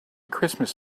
christmas